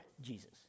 Jesus